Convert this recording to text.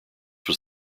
was